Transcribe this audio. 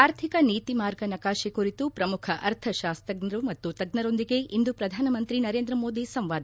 ಆರ್ಥಿಕ ನೀತಿ ಮಾರ್ಗ ನಕಾಶೆ ಕುರಿತು ಶ್ರಮುಖ ಅರ್ಥಶಾಸ್ತಜ್ಞರು ಮತ್ತು ತಜ್ಞರೊಂದಿಗೆ ಇಂದು ಶ್ರಧಾನಮಂತ್ರಿ ನರೇಂದ್ರಮೋದಿ ಸಂವಾದ